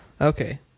okay